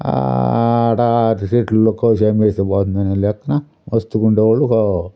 ఆడ అరటి చెట్లల్లో కోసి అమ్మేస్తే పోతుంది అనే లెక్కన మస్తుగా ఉండేవాళ్ళు ఒక